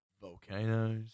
Volcanoes